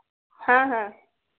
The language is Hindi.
हाँ हाँ